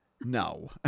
no